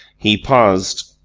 he paused,